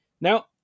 Now